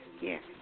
Yes